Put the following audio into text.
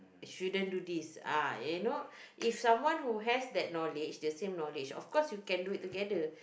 shouldn't do this ah you know if someone who has that knowledge the same knowledge of course you can do it together